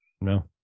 No